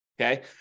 Okay